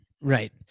Right